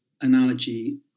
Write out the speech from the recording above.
analogy